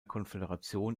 konföderation